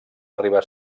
arribar